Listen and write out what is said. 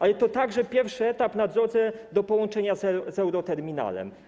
Ale to także pierwszy etap na drodze do połączenia z euroterminalem.